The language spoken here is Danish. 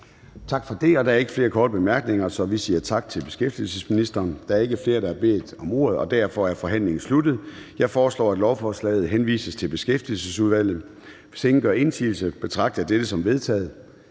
Tak for det. Der er ikke flere korte bemærkninger, så vi siger tak til beskæftigelsesministeren. Der er ikke flere, der har bedt om ordet, og derfor er forhandlingen sluttet. Jeg foreslår, at lovforslaget henvises til Beskæftigelsesudvalget. Hvis ingen gør indsigelse, betragter jeg det som vedtaget.